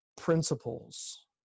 principles